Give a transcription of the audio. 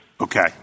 Okay